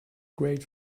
great